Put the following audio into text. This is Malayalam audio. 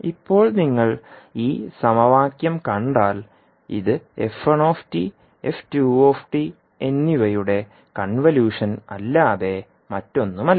ഇപ്പോൾ നിങ്ങൾ ഈ സമവാക്യം കണ്ടാൽ ഇത് എന്നിവയുടെ കൺവല്യൂഷൻ അല്ലാതെ മറ്റൊന്നുമല്ല